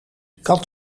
kat